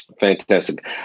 fantastic